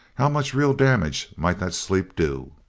how much real damage might that sleep do?